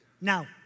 Now